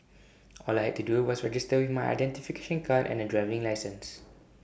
all I had to do was register with my identification card and A driving licence